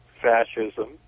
fascism